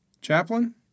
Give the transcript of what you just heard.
Chaplain